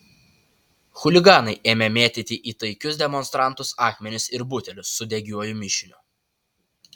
chuliganai ėmė mėtyti į taikius demonstrantus akmenis ir butelius su degiuoju mišiniu